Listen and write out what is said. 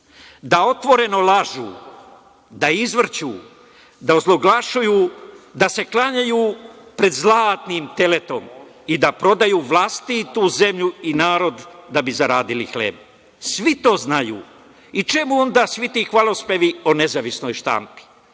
da otvoreno lažu, da izvrću, da ozloglašuju, da se klanjaju pred zlatnim teletom i da prodaju vlastitu zemlju i narod da bi zaradili hleb. Svi to znaju. Čemu onda svi ti hvalospevi o nezavisnoj štampi?